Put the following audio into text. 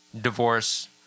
divorce